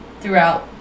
throughout